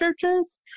churches